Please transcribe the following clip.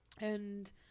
and-